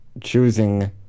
choosing